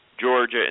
Georgia